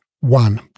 One